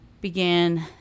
began